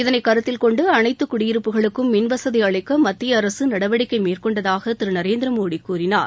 இதனை கருத்தில் ்கொண்டு அனைத்து குடியிருப்புகளுக்கும் மின்வசதி அளிக்க மத்திய அரசு நடவடிக்கை மேற்கொண்டதாக திரு நரேந்திரமோடி கூறினார்